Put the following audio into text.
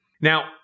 Now